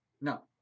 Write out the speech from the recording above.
No